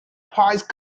prize